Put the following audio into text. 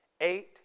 Eight